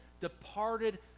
departed